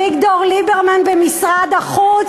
אביגדור ליברמן במשרד החוץ